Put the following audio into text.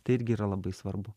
tai irgi yra labai svarbu